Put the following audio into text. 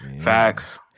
facts